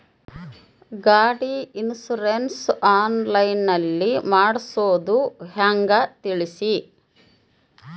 ಗಾಡಿ insurance online ನಲ್ಲಿ ಮಾಡ್ಸೋದು ಹೆಂಗ ತಿಳಿಸಿ?